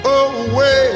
away